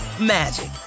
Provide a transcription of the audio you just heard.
magic